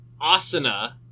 Asana